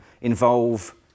involve